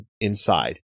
inside